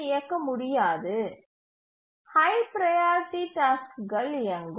இயக்க முடியாது high priority டாஸ்க்குகள் இயங்கும்